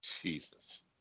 Jesus